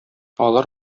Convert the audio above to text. алар